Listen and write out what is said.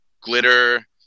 glitter